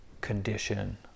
condition